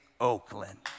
Oakland